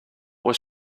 was